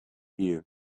here